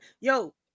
yo